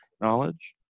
knowledge